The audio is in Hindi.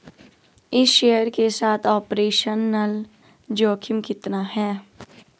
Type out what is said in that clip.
इस शेयर के साथ ऑपरेशनल जोखिम कितना है?